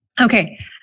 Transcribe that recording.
Okay